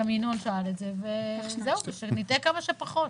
גם ינון שאל את זה, וזהו, שנטעה כמה שפחות.